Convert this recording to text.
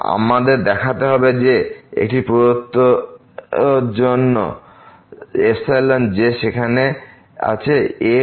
আমাদের দেখাতে হবে যে একটি প্রদত্ত জন্য যে সেখানে আছে a